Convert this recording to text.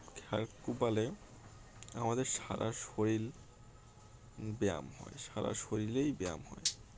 খেত কোপালে আমাদের সারা শরীর ব্যায়াম হয় সারা শরীরেই ব্যায়াম হয়